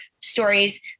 stories